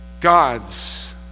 gods